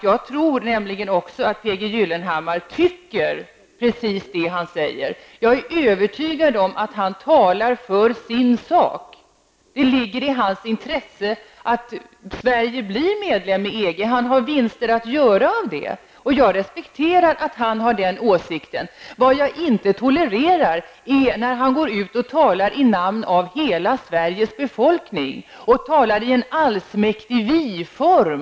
Jag tror nämligen också att P G Gyllenhammar tycker precis det som han säger. Jag är övertygad om att han talar för sin sak. Det ligger i hans intresse att Sverige blir medlem i EG. Ett medlemskap innebär att han kan göra vinster. Jag respekterar att han har den åsikten. Vad jag inte tolererar är när han går ut och talar i hela Sveriges befolknings namn i en allsmäktig viform.